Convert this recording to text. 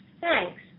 Thanks